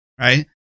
right